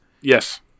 Yes